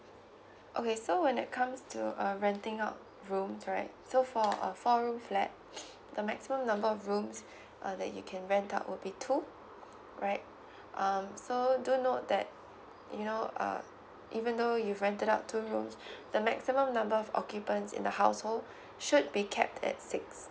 okay so when it comes to uh renting out rooms right so for a four room flat the maximum number of rooms uh that you can rent out would be two right um so do note that you know uh even though you've rented out two rooms the maximum number of occupants in the household should be kept at six